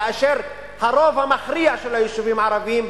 כאשר הרוב המכריע של היישובים הערביים,